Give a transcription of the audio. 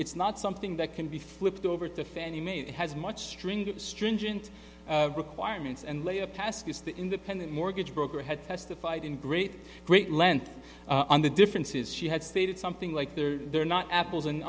it's not something that can be flipped over to fannie mae it has much string stringent requirements and layer past is the independent mortgage broker had testified in great great length on the difference is she had stated something like they're they're not apples and